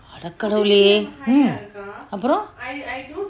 அதேகடவுளே:atekatavule hmm அப்பறோம்:apparom